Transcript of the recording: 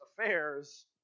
Affairs